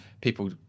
people